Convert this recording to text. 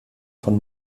von